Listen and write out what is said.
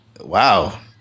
Wow